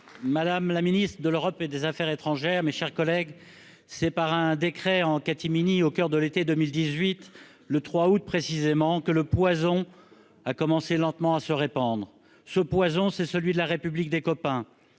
Mme la ministre de l'Europe et des affaires étrangères. C'est par un décret pris en catimini, au coeur de l'été 2018- le 3 août, précisément -, que le poison a commencé lentement à se répandre. Ce poison, c'est celui de la République des copains,